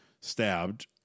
stabbed